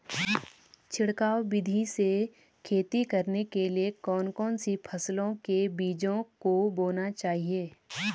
छिड़काव विधि से खेती करने के लिए कौन कौन सी फसलों के बीजों को बोना चाहिए?